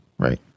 Right